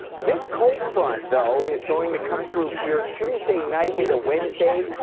this cold front, though, is going to come through here tuesday night into wednesday,